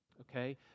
Okay